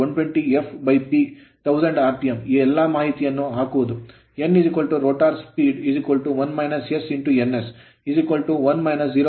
3 ns120 fP 1000 rpm ಈ ಎಲ್ಲಾ ಮಾಹಿತಿಯನ್ನು ಹಾಕುವುದು nrotor speed ರೋಟರ್ ವೇಗ ns 1 0